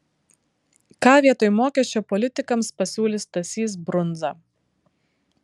ką vietoj mokesčio politikams pasiūlys stasys brundza